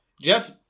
Jeff